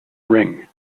ring